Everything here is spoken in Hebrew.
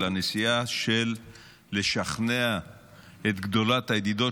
אלא נסיעה כדי לשכנע את גדולת הידידות